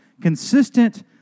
consistent